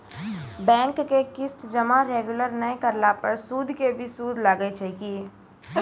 Bank के किस्त जमा रेगुलर नै करला पर सुद के भी सुद लागै छै कि?